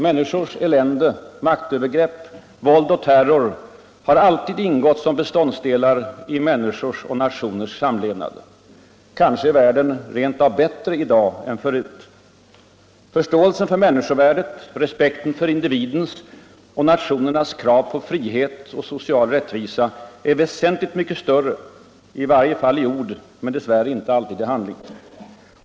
Människors elände, maktövergrepp, våld och terror har alltid ingått som beståndsdelar i människors och nationers samlevnad. Kanske är världen rent av bättre i dag än förut. Förståelsen för människovärdet, respekten för individens och nationernas krav på frihet och social rättvisa är väsentligt större — i varje fall i ord, men dess värre inte alltid i handling.